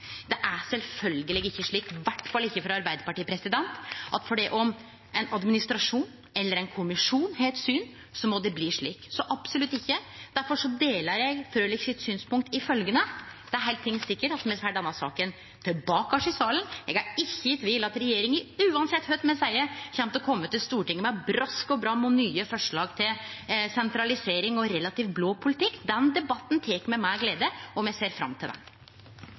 Det er sjølvsagt ikkje slik, i alle fall ikkje for Arbeidarpartiet, at for det om ein administrasjon eller ein kommisjon har eit syn, så må det bli slik – så absolutt ikkje. Difor deler eg representanten Frølich sitt synspunkt i følgjande: Det er heilt sikkert at me får denne saka tilbake i salen. Eg er ikkje i tvil om at regjeringa, uansett kva me seier, kjem til å kome til Stortinget med brask og bram og nye forslag til sentralisering og relativt blå politikk. Den debatten tek me med glede, og me ser fram til